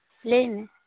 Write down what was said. ᱞᱟᱹᱭᱢᱮ